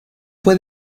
fue